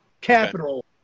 capital